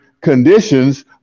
conditions